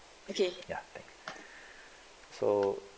ya thanks so